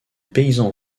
paysans